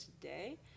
today